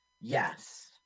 Yes